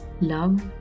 love